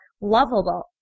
lovable